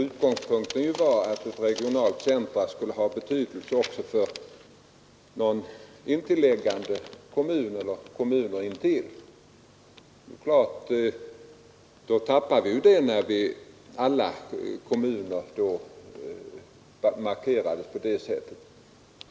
Utgångspunkten var att ett regionalt centrum skulle ha betydelse också för intilliggande kommuner, och när alla kommuner var markerade som centra, tappade den markeringen sin betydelse.